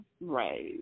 right